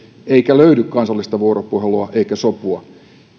eikä löydy kansallista vuoropuhelua eikä sopua